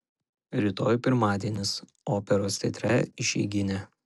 rytoj pirmadienis operos teatre išeiginė